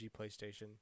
PlayStation